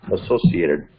associated